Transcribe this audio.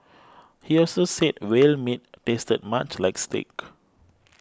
he also said whale meat tasted much like steak